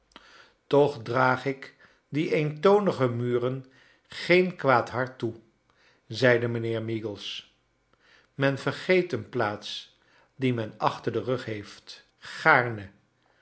toch draag ik die eentonige mureil geen kwaad hart toe zei mijnheer meagles mcn vergeeft een plaats die men achter den rug heeft